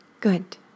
Good